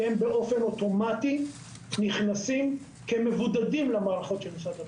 כי הם באופן אוטומטי נכנסים כמבודדים למערכות של משרד הבריאות.